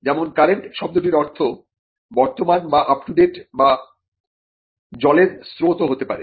যেমন কারেন্ট শব্দটির অর্থ বর্তমান বা আপটুডেট বা জলের স্রোতও হতে পারে